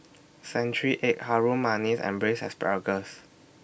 Century Egg Harum Manis and Braised Asparagus